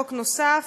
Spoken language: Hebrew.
חוק נוסף,